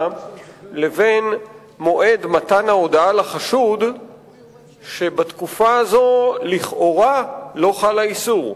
לבין מועד מתן ההודעה לחשוד ובתקופה הזאת לכאורה לא חל האיסור.